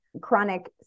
chronic